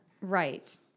Right